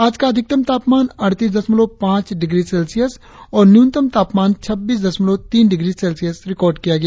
आज का अधिकतम तापमान अड़तीस दशमलव पांच डिग्री सेल्सियस और न्यूनतम तापमान छब्बीस दशमलव तीन डिग्री सेल्सियस रिकार्ड किया गया